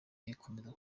yakomeje